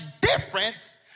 difference